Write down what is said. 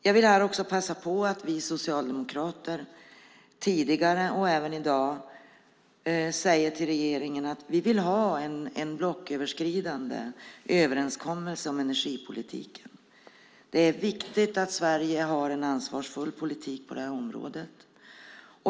Jag vill passa på att från Socialdemokraterna även i dag - vi har sagt det tidigare - säga till regeringen att vi vill ha en blocköverskridande överenskommelse om energipolitiken. Det är viktigt att Sverige har en ansvarsfull politik på detta område.